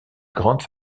grande